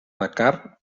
dakar